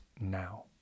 now